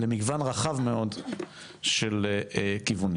למגוון רחב מאוד של כיוונים,